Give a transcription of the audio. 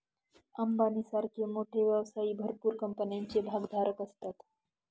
अंबानी सारखे मोठे व्यवसायी भरपूर कंपन्यांचे भागधारक असतात